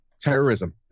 Terrorism